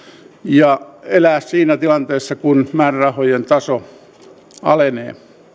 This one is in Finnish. ja elää siinä tilanteessa jossa määrärahojen taso alenee